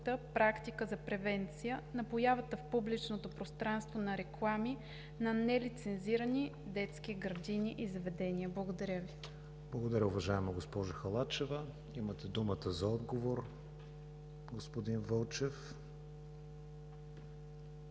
практика за превенция на появата в публичното пространство на реклами на нелицензирани детски градини и заведения? Благодаря Ви. ПРЕДСЕДАТЕЛ КРИСТИАН ВИГЕНИН: Благодаря Ви, уважаема госпожо Халачева. Имате думата за отговор, господин Вълчев.